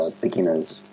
beginner's